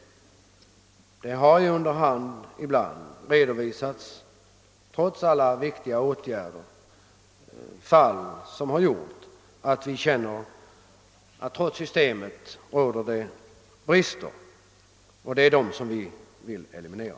Det har ju ibland trots alla åtgärder som vidtagits på området redovisats fall som visar att det trots att systemet är tillfredsställande råder brister, och det är dem som vi alla vill eliminera.